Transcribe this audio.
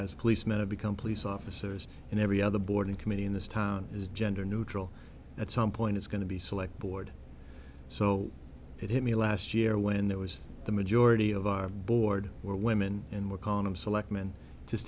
as policemen to become police officers and every other boarding committee in this town is gender neutral at some point it's going to be select board so it hit me last year when there was the majority of our board were women and we're calling them select men just